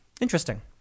Interesting